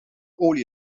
olie